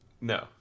No